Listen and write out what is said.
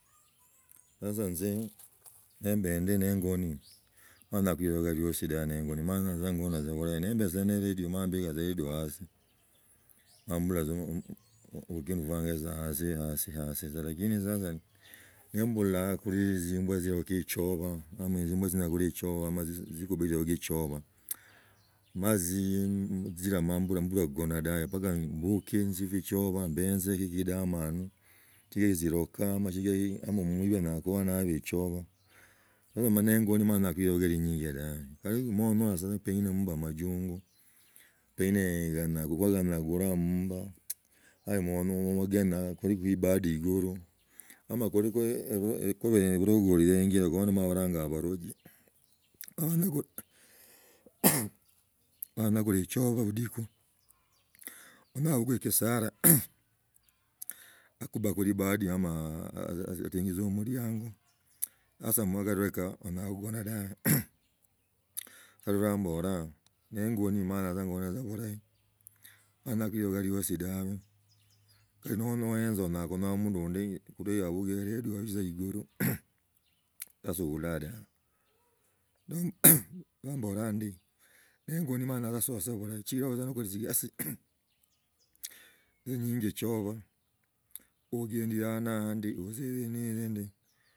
Sasa nzi mbindi nengonea manya kulbeya liosi dabe ningoni mala tza ningoni bulahi mambi tsa nzeiadio mala embika tza eredio haizi mambula alukina lwanje ahasi yaho lakini sasa nimbula kulitzimbua zioki choba nomba tzimbio zinagula shoba nomba tziguba zihoka choba mzi zindama nkhukona dabi mala embuki tziku choba benzi ki kidananu schira tziloka ama mwita anyola khuba nali echoba naramanya engo khumonya khuba nende lioka linyinji dabe monyola tza aembe gala amajungu renyine ganyala buba ganato guba amumba yale noekioda bamala baranya abaroji raanagula choba butika mala sasa mugabika onyola khugana dobe sa lwa ndambamba ningoni mala tsa ngona tsa balal nyola kubane lihike liosi dabei khandi noenza onyala onyola kunyola omundu undi yabikila neyaiduya khubi tza tsa soovila daba lwa mbola ndi nongasotza bulahi chiloza ni guli gigasi se nyingi echoba.